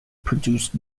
produced